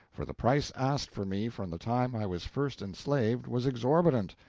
for the price asked for me from the time i was first enslaved was exorbitant,